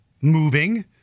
moving